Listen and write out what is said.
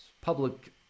public